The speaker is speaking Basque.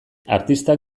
artistak